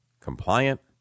compliant